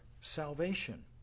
salvation